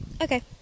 okay